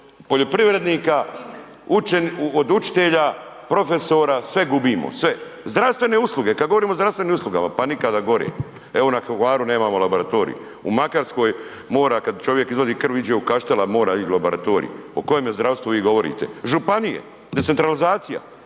od poljoprivrednika, od učitelja, profesora, sve gubimo, sve. Zdravstvene usluge, kada govorimo o zdravstvenim uslugama pa nikada gore, evo na Hvaru nemamo laboratorij, u Makarskoj mora kada čovjek izvadi krv ide u Kaštela, mora ići u laboratorij. O kojemu zdravstvu vi govorite? Županije, decentralizacija.